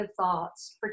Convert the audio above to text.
thoughts